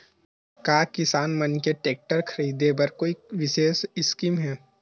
का किसान मन के टेक्टर ख़रीदे बर कोई विशेष स्कीम हे?